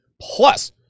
plus